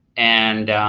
and